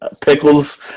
Pickles